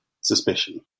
suspicion